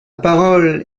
parole